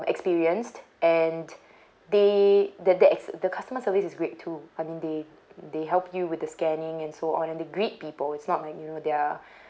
experienced and they the that the customer service is great too and they they help you with the scanning and so on and they greet people it's not like you know they're